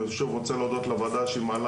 אני שוב רוצה להודות לוועדה שהיא מעלה